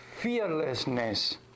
fearlessness